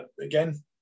Again